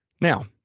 now